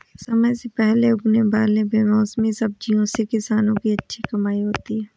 समय से पहले उगने वाले बेमौसमी सब्जियों से किसानों की अच्छी कमाई होती है